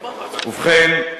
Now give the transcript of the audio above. ובכן,